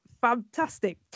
Fantastic